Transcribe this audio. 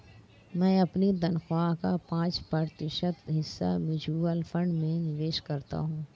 मैं अपनी तनख्वाह का पाँच प्रतिशत हिस्सा म्यूचुअल फंड में निवेश करता हूँ